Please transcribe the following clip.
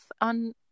on